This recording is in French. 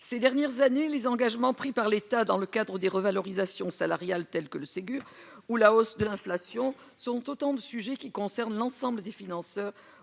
ces dernières années, les engagements pris par l'État dans le cadre des revalorisations salariales, tels que le Ségur ou la hausse de l'inflation sont autant de sujets qui concernent l'ensemble des financeurs,